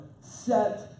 set